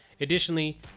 Additionally